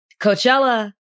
Coachella